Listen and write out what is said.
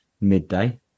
midday